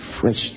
fresh